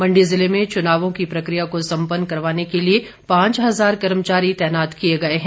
मण्डी जिले में चुनावों की प्रक्रिया को सम्पन्न करवाने के लिए पांच हजार कर्मचारी तैनात किए गए हैं